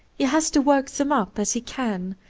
he has to work them up as he can,